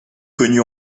connu